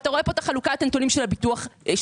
אתה רואה פה את חלוקת הנתונים של הביטוח הלאומי.